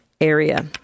area